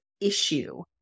issue